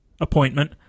appointment